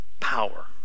power